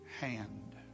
hand